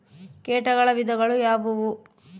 ಕೇಟಗಳ ವಿಧಗಳು ಯಾವುವು?